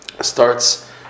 starts